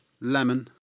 lemon